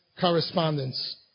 correspondence